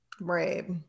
Right